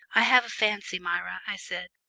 i have a fancy, myra, i said,